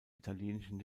italienischen